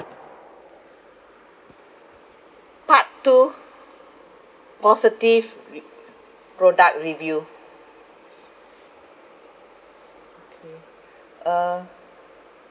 part two positive re~ product review uh